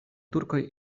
turkoj